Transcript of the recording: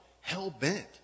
hell-bent